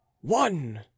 one